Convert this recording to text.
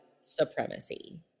supremacy